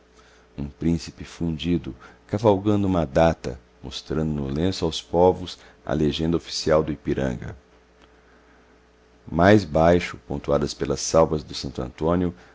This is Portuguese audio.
um príncipe fundido cavalgando uma data mostrando no lenço aos povos a legenda oficial do ipiranga mais abaixo pontuadas pelas salvas do santo antônio